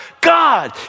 God